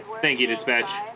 thank you dispatch